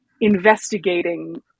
investigating